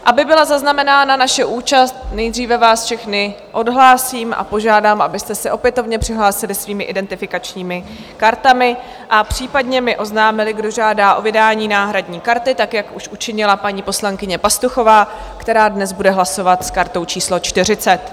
Aby byla zaznamenána naše účast, nejdříve vás všechny odhlásím a požádám, abyste se opětovně přihlásili svými identifikačními kartami a případně mi oznámili, kdo žádá o vydání náhradní karty, tak jak už učinila paní poslankyně Pastuchová, která dnes bude hlasovat s kartou číslo 40.